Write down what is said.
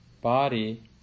body